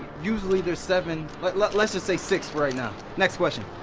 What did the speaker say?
usually there's seven. but let's let's just say six for right now. next question.